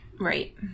Right